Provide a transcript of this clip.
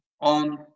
on